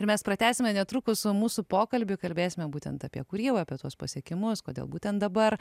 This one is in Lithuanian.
ir mes pratęsime netrukus o mūsų pokalbį kalbėsime būtent apie kūrybą apie tuos pasiekimus kodėl būtent dabar